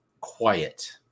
quiet